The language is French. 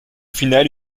final